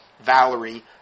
Valerie